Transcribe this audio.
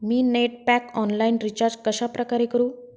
मी net pack online recharge कशाप्रकारे करु?